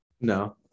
No